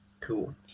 Cool